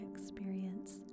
experience